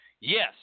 Yes